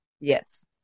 Yes